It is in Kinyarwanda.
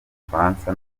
bufaransa